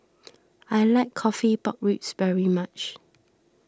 I like Coffee Pork Ribs very much